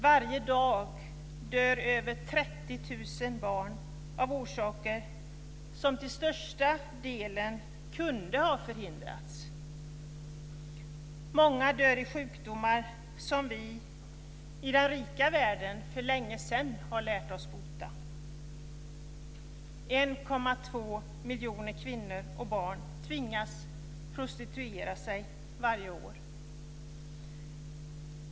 Varje dag dör över 30 000 barn av orsaker som till största delen kunde ha förhindrats. Många dör i sjukdomar som vi i den rika världen för länge sedan har lärt oss bota. 1,2 miljoner kvinnor och barn tvingas prostituera sig varje år.